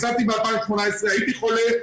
הפסדתי ב-2018 הייתי חולה,